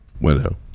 window